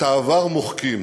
את העבר מוחקים,